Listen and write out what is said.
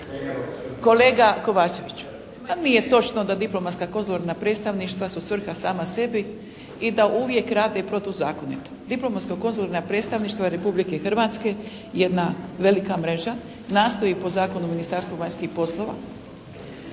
Kolega Kovačeviću, pa nije točno da diplomatsko konzularna predstavništva su svrha sama sebi i da uvijek rade protuzakonito. Diplomatsko konzularna predstavništva Republike Hrvatske je jedna velika mreža, nastoji po Zakonu Ministarstva vanjskih poslova